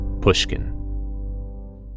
Pushkin